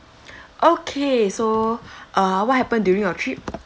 okay so uh what happened during your trip